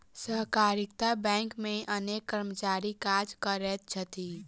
सहकारिता बैंक मे अनेक कर्मचारी काज करैत छथि